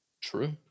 True